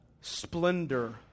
splendor